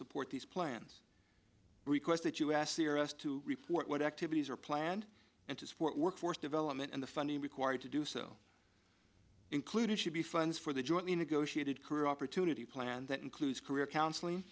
support these plans requests that us hear us to report what activities are planned and to support workforce development and the funding required to do so including should be funds for the jointly negotiated career opportunity plan that includes career counseling